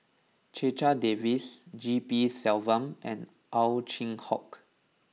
Checha Davies G P Selvam and Ow Chin Hock